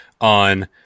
on